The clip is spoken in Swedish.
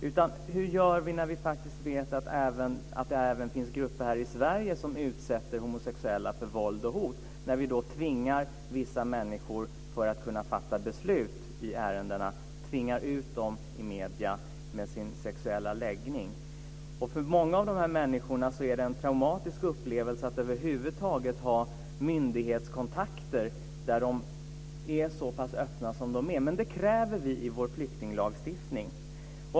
Vad gör vi när vi faktiskt vet att det även finns grupper här i Sverige som utsätter homosexuella för våld och hot, när vi, för att kunna fatta beslut i ärendena, tvingar ut vissa människor i medierna med sin sexuella läggning? För många av dessa människor är det en traumatisk upplevelse att över huvud taget ha myndighetskontakter där de är så pass öppna som de är. Men det kräver vi i vår flyktinglagstiftning.